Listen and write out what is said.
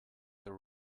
their